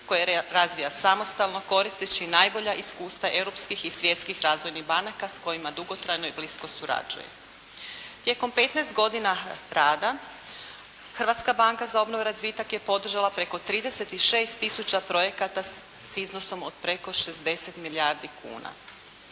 koje razvija samostalno koristeći najbolja iskustva europskih i svjetskih razvojnih banaka s kojima dugotrajno i blisko surađuje. Tijekom 15 godina rada Hrvatska banka za obnovu i razvitak je podržala preko 36000 projekata s iznosom od preko 60 milijardi kuna.